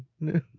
no